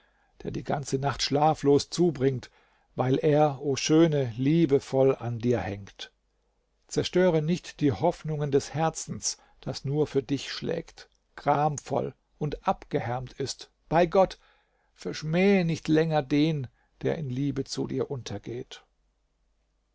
der die ganze nacht schlaflos zubringt weil er o schöne liebevoll an dir hängt zerstöre nicht die hoffnungen des herzens das nur für dich schlägt gramvoll und abgehärmt ist bei gott verschmähe nicht länger den der in liebe zu dir untergeht